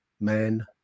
man